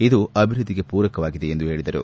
ಇದು ಅಭಿವೃದ್ಧಿಗೆ ಪೂರಕವಾಗಿದೆ ಎಂದು ಹೇಳಿದರು